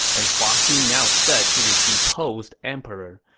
and hua xin now said to the deposed emperor,